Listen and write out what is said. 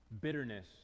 bitterness